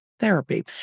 therapy